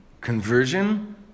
conversion